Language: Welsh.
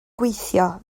gweithio